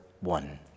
one